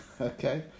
okay